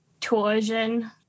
torsion